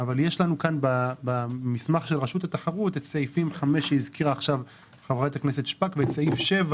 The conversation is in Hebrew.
אבל יש לנו כאן במסמך של רשות התחרות סעיף 5 וסעיף 7